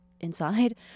inside